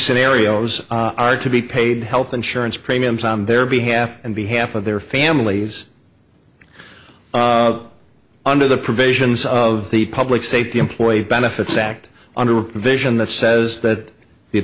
scenarios are to be paid health insurance premiums on their behalf and behalf of their families under the provisions of the public safety employee benefits act under provision that says that the